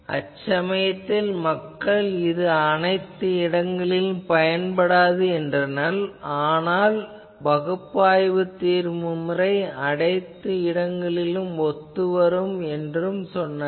அச்சமயத்தில் மக்கள் இது அனைத்து இடங்களிலும் பயன்படாது என்றனர் ஆனால் பகுப்பாய்வு தீர்வு முறை அனைத்து இடங்களிலும் ஒத்துவரும் என்றனர்